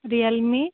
Realme